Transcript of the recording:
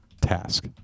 task